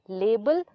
label